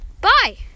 Bye